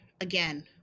again